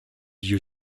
you